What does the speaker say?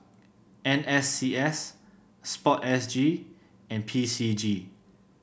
N S C S sport S G and P C G